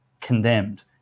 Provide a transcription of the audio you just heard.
condemned